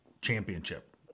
championship